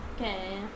Okay